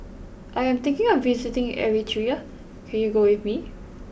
I am thinking of visiting Eritrea can you go with me